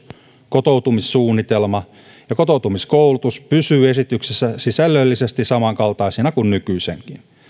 kotoutumissuunnitelma ja kotoutumiskoulutus pysyvät esityksessä sisällöllisesti samankaltaisina kuin nykyisinkin